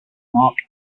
mark